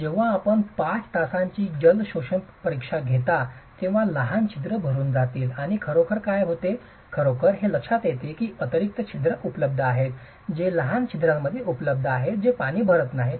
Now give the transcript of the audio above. तर जेव्हा आपण 5 तासांची जल शोषण परीक्षा घेता तेव्हा लहान छिद्र भरून जातील आणि खरोखर काय होते खरोखर हे लक्षात घेते की अतिरिक्त छिद्र उपलब्ध आहे जे लहान छिद्रांमध्ये उपलब्ध आहे जे पाणी भरत नाही